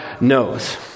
knows